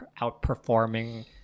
outperforming